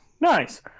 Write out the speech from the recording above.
Nice